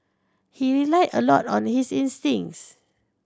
he relied a lot on his instincts